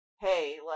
hey